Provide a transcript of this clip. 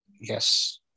yes